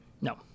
No